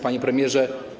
Panie Premierze!